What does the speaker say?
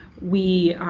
we